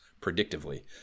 predictively